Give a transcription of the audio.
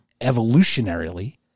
evolutionarily